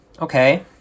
okay